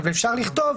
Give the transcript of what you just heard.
אבל אפשר לכתוב: